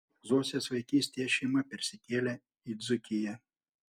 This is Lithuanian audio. zosės vaikystėje šeima persikėlė į dzūkiją